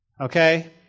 Okay